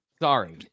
sorry